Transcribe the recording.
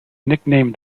nicknamed